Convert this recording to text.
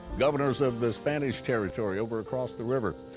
governors of the spanish territory over across the river.